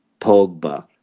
Pogba